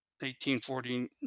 1849